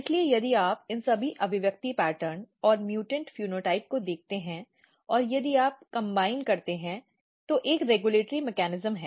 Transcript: इसलिए यदि आप इन सभी अभिव्यक्ति पैटर्न और म्यूटेंटउ फेनोटाइप को देखते हैं यदि आप गठबंधन करते हैं तो एक रेगुलेटरी मेकैनिज्म है